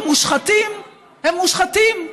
המושחתים הם מושחתים.